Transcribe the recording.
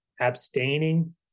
abstaining